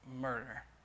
murder